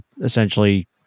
essentially